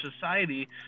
society